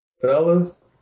fellas